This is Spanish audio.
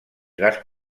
las